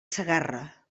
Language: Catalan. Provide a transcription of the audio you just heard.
segarra